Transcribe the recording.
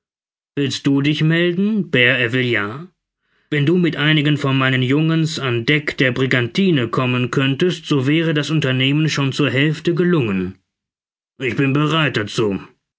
willst du dich melden bert ervillard wenn du mit einigen von meinen jungens an deck der brigantine kommen könntest so wäre das unternehmen schon zur hälfte gelungen ich bin bereit dazu